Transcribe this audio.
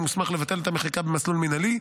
מוסמך לבטל את המחיקה במסלול מינהלי,